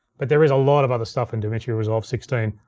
but there is a lot of other stuff in davinci resolve sixteen.